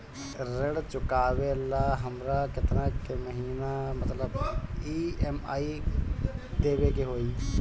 ऋण चुकावेला हमरा केतना के महीना मतलब ई.एम.आई देवे के होई?